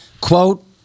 quote